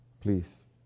Please